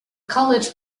college